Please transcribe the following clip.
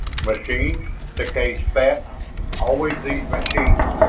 machines! deklay spat. always these machines.